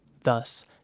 Thus